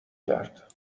کرد